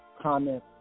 comment